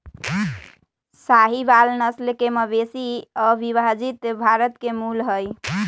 साहीवाल नस्ल के मवेशी अविभजित भारत के मूल हई